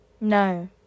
no